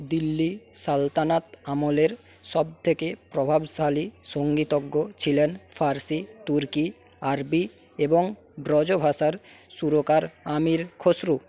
দিল্লি সালতানাত আমলের সব থেকে প্রভাবশালী সঙ্গীতজ্ঞ ছিলেন ফার্সি তুর্কি আরবি এবং ব্রজভাষার সুরকার আমির খসরু